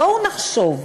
בואו נחשוב.